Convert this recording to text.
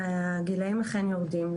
הגילאים אכן יורדים.